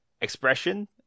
expression